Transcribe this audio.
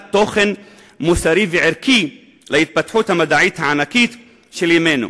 תוכן מוסרי וערכי להתפתחות המדעית הענקית של ימינו.